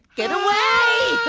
get away!